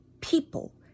people